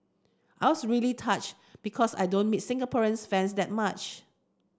I was really touched because I don't meet Singaporean fans that much